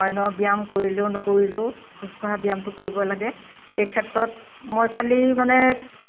অন্য় ব্যায়াম কৰিলেও নকৰিলেও খোজকাঢ়া ব্যায়ামটো কৰিব লাগে এই ক্ষেত্ৰত মই খালি মানে